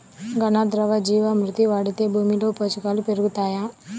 ఘన, ద్రవ జీవా మృతి వాడితే భూమిలో పోషకాలు పెరుగుతాయా?